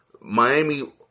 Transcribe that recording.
Miami